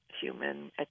human